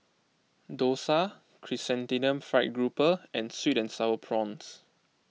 Dosa Chrysanthemum Fried Grouper and Sweet and Sour Prawns